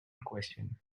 question